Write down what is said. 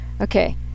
Okay